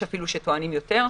יש אפילו שטוענים שיותר.